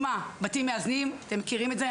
לדוגמה, בתים מאזנים, אתם מכירים את זה.